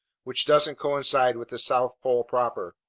which doesn't coincide with the south pole proper.